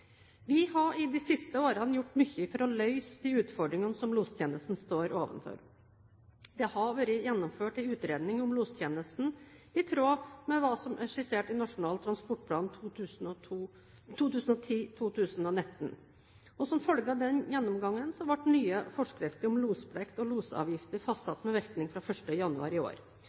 Vi har i de siste årene gjort mye for å løse de utfordringene som lostjenesten står overfor. Det har vært gjennomført en utredning om lostjenesten i tråd med hva som er skissert i Nasjonal transportplan 2010–2019. Som følge av denne gjennomgangen ble nye forskrifter om losplikt og losavgifter fastsatt med virkning fra 1. januar i år.